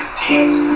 teens